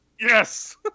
Yes